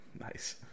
Nice